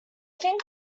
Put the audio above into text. think